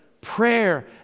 prayer